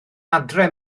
adre